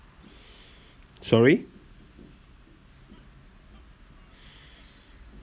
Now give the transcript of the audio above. sorry